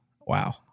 Wow